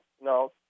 no